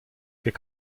ket